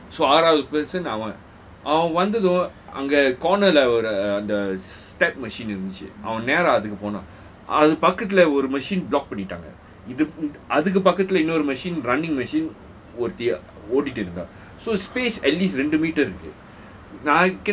then உள்ள வந்துட்டான் so ஆறாவது:ulla wanthuttan so aarawathu person அவன் அவன் அங்கு வந்ததும்:awan awan anga wanthathum corner அங்க:anga the the step machine அவன் நேர அதுக்கு போனான் அவன் பக்கத்துல ஒரு:awan neara athukku poanaan awan pakkathula oru machine blocked பண்ணிட்டாங்க அதுக்கு பக்கத்துல இன்னொரு:pannittaanga athukku pakkathula innoru machine running machine ஒருத்தி ஆடிட்டு இருந்த:oruthi oadittu iruntha so space at least ரெண்டு மீட்டர் இருக்கு:rendu meter irukku